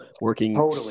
working